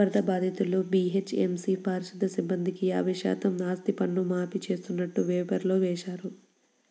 వరద బాధితులు, జీహెచ్ఎంసీ పారిశుధ్య సిబ్బందికి యాభై శాతం ఆస్తిపన్ను మాఫీ చేస్తున్నట్టు పేపర్లో వేశారు